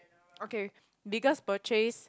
okay biggest purchase